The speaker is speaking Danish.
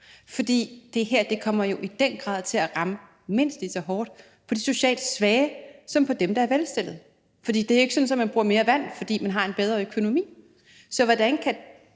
For det her kommer jo i den grad til at ramme de socialt svage mindst lige så hårdt som dem, der er velstillede. For det er jo ikke sådan, at man bruger mere vand, fordi man har en bedre økonomi. Så hvordan kan